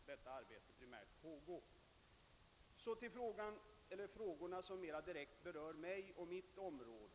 Sedan övergår jag till de frågor som mera direkt berörde mig och mitt område.